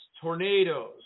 tornadoes